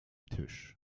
tisch